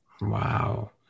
Wow